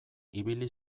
ibili